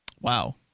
Wow